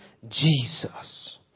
Jesus